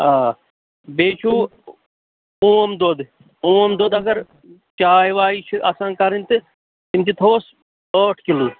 آ بیٚیہِ چھُ اوم دۄد اوم دۄد اگر چاے وایہِ چھِ آسان کَرٕنۍ تہٕ تِم تہِ تھاوہوس ٲٹھ کِلوٗ